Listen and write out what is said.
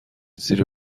زیر